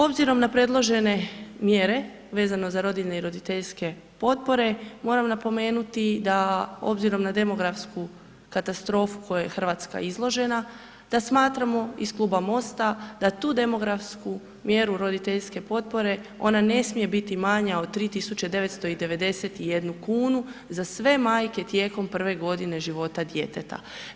Obzirom na predložene mjere vezano za rodiljne i roditeljske potpore moram napomenuti da obzirom na demografsku katastrofu kojoj je RH izložena da smatramo iz Kluba MOST-a da tu demografsku mjeru roditeljske potpore ona ne smije biti manja od 3.991,00 kn za sve majke tijekom prve godine života djeteta.